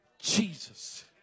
jesus